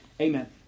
Amen